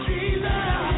Jesus